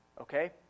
Okay